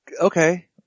okay